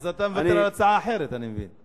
אז אתה מוותר על הצעה אחרת, אני מבין.